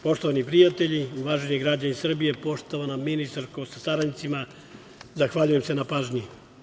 Poštovani prijatelji, uvaženi građani Srbije, poštovana ministarko sa saradnicima, zahvaljujem se na pažnji.